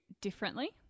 differently